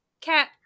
cat